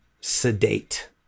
Sedate